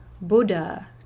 Buddha